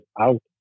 out